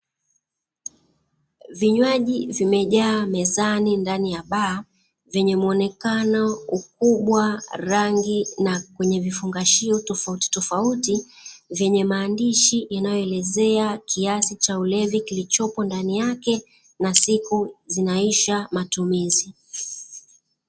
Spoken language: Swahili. Vinywaji vimejaa mezani ndani ya baa vyenye muonekano, ukubwa, rangi na kwenye vifungashio tofautitofauti, vyenye mandishi yanayoelezea kiasi cha ulevi kilichopo ndani yake na siku zinaisha matumizi.